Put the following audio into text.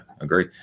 agree